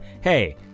hey